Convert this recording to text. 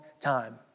time